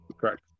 Correct